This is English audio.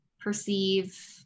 perceive